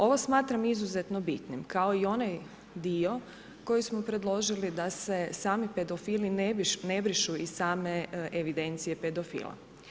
Ovo smatram izuzetno bitnim, kao i onaj dio koji smo predložili da se sami pedofili ne brišu iz same evidencije pedofila.